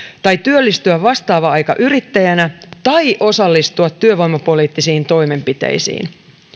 tai työllistyä vastaava aika yrittäjänä tai osallistua työvoimapoliittisiin toimenpiteisiin